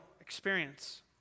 experience